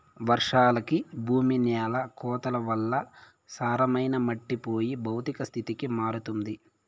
వర్షాలకి భూమి న్యాల కోతల వల్ల సారమైన మట్టి పోయి భౌతిక స్థితికి మారుతుంది